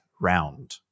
round